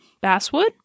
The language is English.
basswood